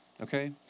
okay